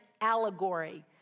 allegory